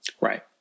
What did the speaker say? right